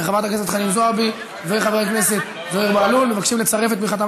חברת הכנסת חנין זועבי וחבר הכנסת זוהיר בהלול מבקשים לצרף את תמיכתם,